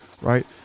right